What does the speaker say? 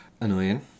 annoying